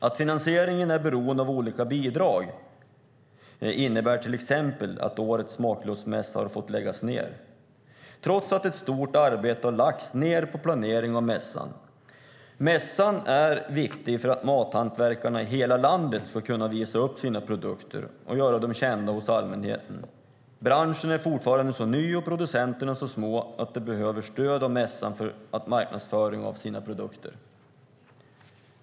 Att finansieringen är beroende av olika bidrag innebär till exempel att årets smaklustmässa har fått läggas ned trots att ett stort arbete gjorts med planering av mässan. Mässan är viktig för att mathantverkarna i hela landet ska kunna visa upp sina produkter och göra dem kända hos allmänheten. Branschen är fortfarande så ny och producenterna så små att de behöver stöd av mässan för marknadsföring av sina produkter.